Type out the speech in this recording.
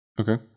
Okay